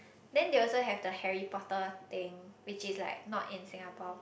then they also have the Harry-Potter thing which is like not in Singapore